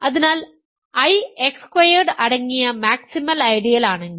അതിനാൽ I X squared അടങ്ങിയ maximal ഐഡിയലാണെങ്കിൽ